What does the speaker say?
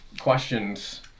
questions